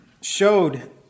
showed